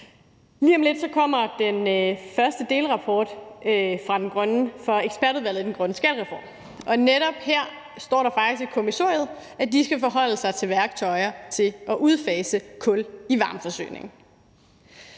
Lige om lidt kommer den første delrapport fra ekspertudvalget i den grønne skattereform, og netop her står der faktisk i kommissoriet, at de skal forholde sig til værktøjer til at udfase kul i varmeforsyningen.